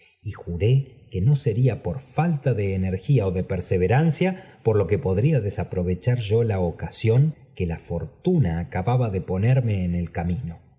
y juró que no sería por falta de energía ó de perseverancia por lo que podría desaprovechar vo la ocasión que la fortuna acababa de ponerme en el camino